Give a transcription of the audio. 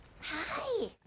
Hi